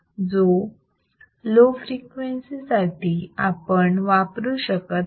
जो low frequency साठी आपण वापरू शकत नाही